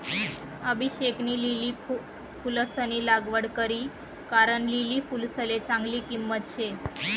अभिषेकनी लिली फुलंसनी लागवड करी कारण लिली फुलसले चांगली किंमत शे